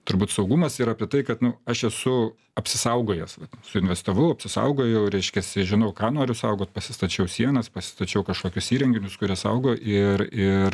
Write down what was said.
turbūt saugumas yra apie tai kad nu aš esu apsisaugojęs suinvestavau apsisaugojau reiškiasi žinau ką noriu saugot pasistačiau sienas pasistačiau kažkokius įrenginius kurie saugo ir ir